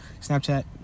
Snapchat